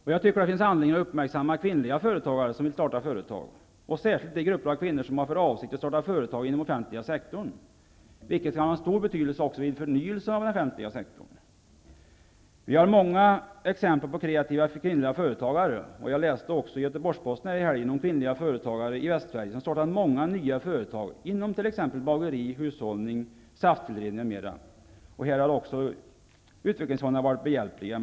Jag tycker att det finns anledning att uppmärksamma kvinnliga företagare som vill starta företag, särskilt de grupper av kvinnor som har för avsikt att starta företag inom den offentliga sektorn. Detta kan också ha stor betydelse för förnyelsen av den offentliga sektorn. Vi har många exempel på kreativa kvinnliga företagare. Jag läste i Göteborgs-Posten i helgen om kvinnliga företagare i Västsverige som startat många nya företag inom t.ex. bageribranschen, hushållning, safttillredning, m.m. Även i detta sammanhang har utvecklingsfonderna varit behjälpliga.